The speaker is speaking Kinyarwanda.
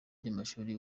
byamashuri